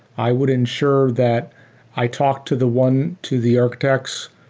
i would ensure that i talk to the one to the architects,